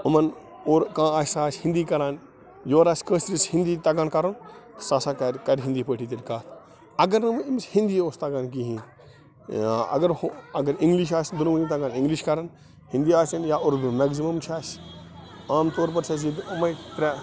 یِمَن اور کانٛہہ آسہِ سُہ آسہِ ہِندی کَران یورٕ آسہِ کٲسرِس ہِندی تَگان کَرُن سُہ ہَسا کَرِ کَرِ ہِندی پٲٹھی تیٚلہِ کَتھ اگر نہٕ وۄنۍ أمِس ہِندی اوس تَگان کِہیٖنۍ اگر ہُہ اگر اِنٛگلِش آسہِ تگان اِنٛگلِش کَرَن ہِندی آسن یا اُردو میٚکزِمَم چھِ اَسہِ عام طور پَر چھِ اَسہِ ییٚتہِ یِمٕے ترٛےٚ